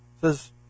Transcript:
says